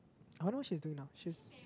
I wonder what she's doing now she's